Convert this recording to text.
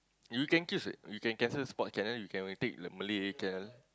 you can choose it you can cancel sport channel you can take the Malay channel